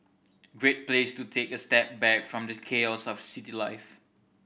great place to take a step back from the chaos of city life